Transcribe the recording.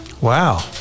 wow